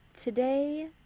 Today